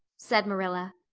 said marilla,